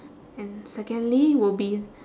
and secondly will be